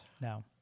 No